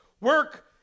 work